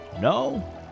No